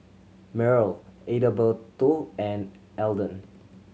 Myrl Adalberto and Alden